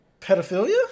Pedophilia